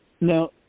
Now